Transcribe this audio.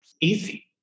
easy